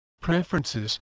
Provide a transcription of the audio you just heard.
preferences